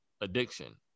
addiction